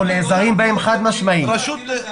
חד משמעית אנחנו נעזרים ברשויות.